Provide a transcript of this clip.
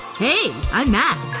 hey. i'm matt.